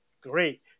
great